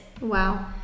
Wow